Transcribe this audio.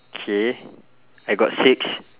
K I got six